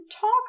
talk